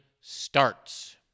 starts